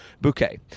bouquet